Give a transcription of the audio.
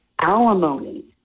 alimony